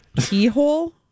Keyhole